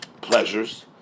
pleasures